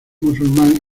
musulmán